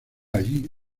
allí